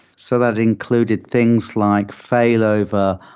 so that included things like failover,